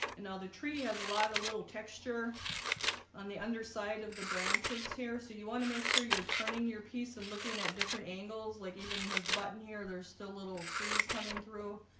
and now the tree has a lot of little texture on the underside of the branches here so you want to make sure you're turning your piece and looking at different angles like even his button here there's still little fleas coming through